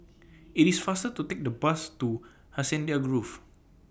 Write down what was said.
IT IS faster to Take The Bus to Hacienda Grove